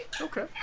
Okay